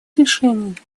решений